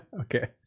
okay